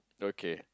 okay